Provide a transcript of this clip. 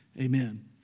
Amen